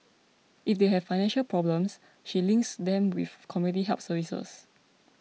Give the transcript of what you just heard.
if they have financial problems she links them with community help services